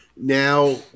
Now